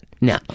no